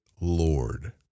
Lord